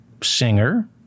singer